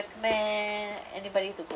recommend anybody to go